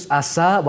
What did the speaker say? asa